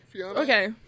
okay